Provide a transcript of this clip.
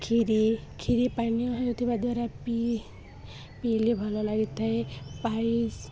କ୍ଷିରରି କ୍ଷିରରି ପାନୀୟ ହେଉଥିବା ଦ୍ୱାରା ପିଇ ପିଇଲେ ଭଲ ଲାଗିଥାଏ ପାଏସ୍